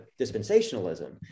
dispensationalism